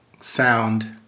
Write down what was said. sound